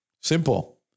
Simple